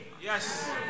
Yes